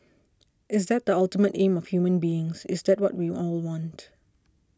is that the ultimate aim of human beings is that what we all want